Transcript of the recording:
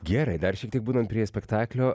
gerai dar šiek tiek būnam prie spektaklio